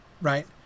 right